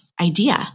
idea